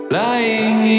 lying